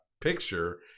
picture